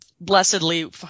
blessedly